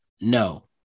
No